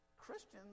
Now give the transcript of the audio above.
Christians